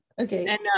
Okay